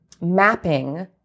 mapping